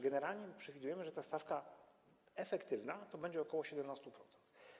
Generalnie przewidujemy, że ta stawka efektywna to będzie ok. 17%.